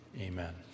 Amen